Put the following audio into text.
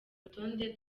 rutonde